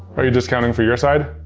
are you just counting for your side?